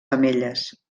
femelles